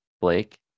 Blake